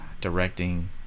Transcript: directing